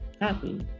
happy